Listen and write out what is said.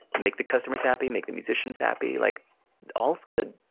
make the customers happy, make the musicians happy. like all's good.